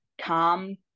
calm